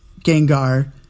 Gengar